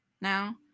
now